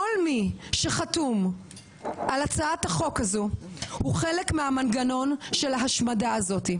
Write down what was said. כל מי שחתום על הצעת החוק הזאת הוא חלק מהמנגנון של ההשמדה הזאת.